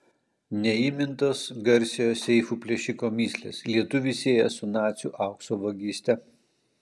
neįmintos garsiojo seifų plėšiko mįslės lietuvį sieja su nacių aukso vagyste